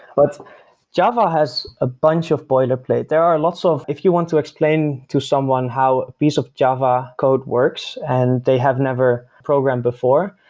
but java has a bunch of boilerplate. there are lots of if you want to explain to someone how a piece of java code works and they have never programmed before,